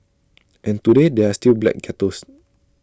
and today there are still black ghettos